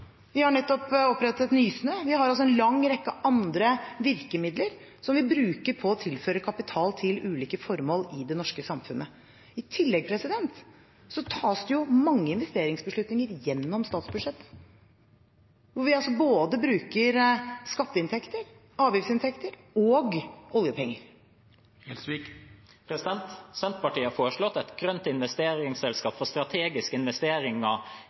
vi har nettopp opprettet Nysnø. Vi har altså en lang rekke andre virkemidler som vi bruker på å tilføre kapital til ulike formål i det norske samfunnet. I tillegg tas det mange investeringsbeslutninger gjennom statsbudsjettet, der vi bruker både skatteinntekter, avgiftsinntekter og oljepenger. Senterpartiet har foreslått et grønt investeringsselskap for strategiske investeringer